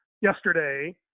yesterday